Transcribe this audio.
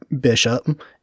bishop